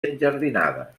enjardinada